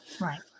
Right